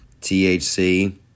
THC